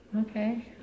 Okay